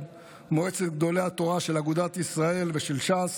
מועצת גדולי התורה של אגודת ישראל ושל ש"ס